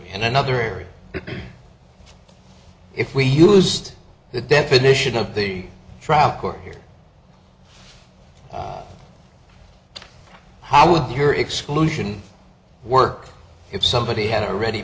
in another area if we used the definition of the trial court here how would your exclusion work if somebody had already